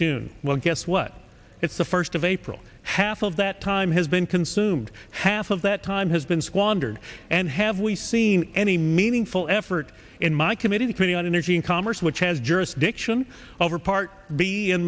june well guess what it's the first of april half of that time has been consumed half of that time has been squandered and have we seen any meaningful effort in my committee the committee on energy and commerce which has jurisdiction over part b